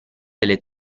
delle